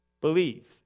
believe